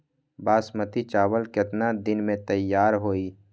बासमती चावल केतना दिन में तयार होई?